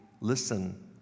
Listen